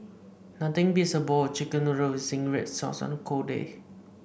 nothing beats a bowl of chicken noodles with zingy red sauce on a cold day